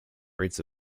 rates